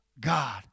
God